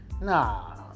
Nah